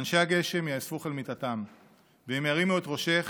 אנשי הגשם יאספוך אל מיטתם / והם ירימו את ראשך